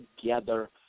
together